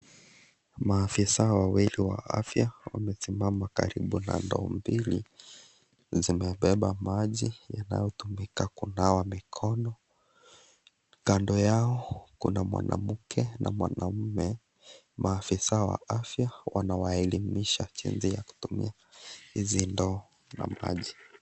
Maafisa wawili wa afya wamesimama karibu na ndoo mbili zimebeba maji yanayotumika kunawa mikono, Kando yao kuna mwanamke na mwanaume, maafisa wa afya wanawaelimisha jinsi ya kutumia hizi ndoo za maji.